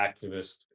activist